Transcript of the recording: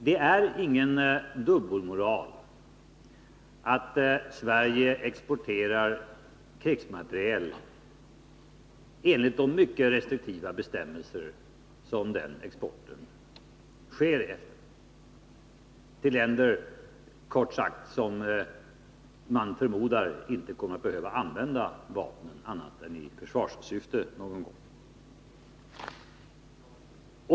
Det är ingen dubbelmoral att Sverige exporterar krigsmateriel enligt de mycket restriktiva bestämmelser som den exporten sker efter — till länder som man, kort sagt, förmodar inte kommer att behöva använda vapen annat än i försvarssyfte någon gång.